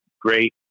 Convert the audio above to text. great